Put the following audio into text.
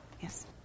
Yes